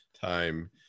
time